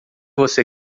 você